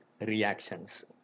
reactions